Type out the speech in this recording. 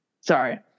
sorry